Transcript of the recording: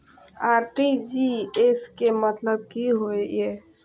RTGS के मतलब की होय ये?